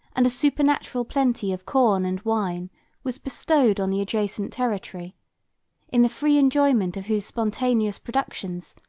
and a supernatural plenty of corn and wine was bestowed on the adjacent territory in the free enjoyment of whose spontaneous productions,